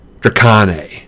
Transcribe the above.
Dracane